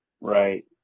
Right